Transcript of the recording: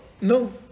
No